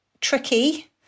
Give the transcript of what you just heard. tricky